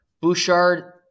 Bouchard